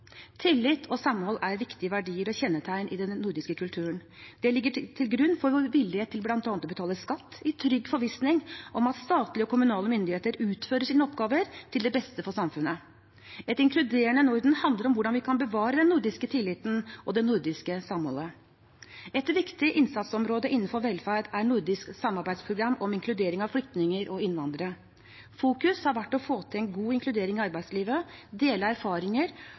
Tillit og samhold er viktige verdier og kjennetegn i den nordiske kulturen. Det ligger til grunn for bl.a. vår vilje til å betale skatt, i trygg forvissning om at statlige og kommunale myndigheter utfører sine oppgaver til beste for samfunnet. Et inkluderende Norden handler om hvordan vi kan bevare den nordiske tilliten og det nordiske samholdet. Et viktig innsatsområde innenfor velferd er det nordiske samarbeidsprogrammet om inkludering av flyktninger og innvandrere. Det har fokusert på å få til en god inkludering i arbeidslivet, å dele erfaringer